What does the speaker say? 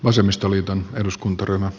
arvoisa puhemies